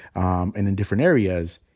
and in different areas.